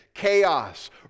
chaos